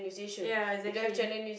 ya exactly